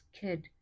kid